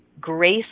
grace